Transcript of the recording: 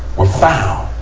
were found.